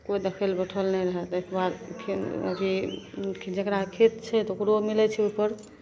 कोइ देखै ले बैठै ले नहि रहै ताहिके बाद अथी जकरा खेत छै तऽ ओकरो मिलै छै ओहिपर